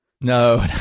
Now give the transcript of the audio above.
No